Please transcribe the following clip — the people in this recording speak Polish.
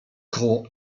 koło